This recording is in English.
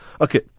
Okay